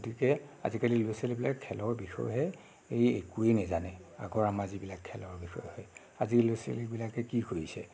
গতিকে আজিকালি ল'ৰা ছোৱালীবিলাক খেলৰ বিষয়ে এই একোৱেই নাজানে আগৰ আমাৰ যিবিলাক খেলৰ বিষয়ে আজিৰ ল'ৰা ছোৱালীবিলাকে কি কৰিছে